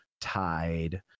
Tide